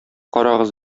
карагыз